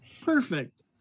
Perfect